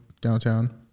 downtown